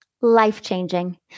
Life-changing